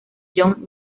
john